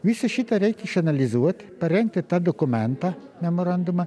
visą šitą reik išanalizuot parengti tą dokumentą memorandumą